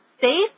safe